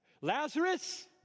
Lazarus